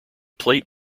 plate